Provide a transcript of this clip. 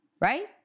Right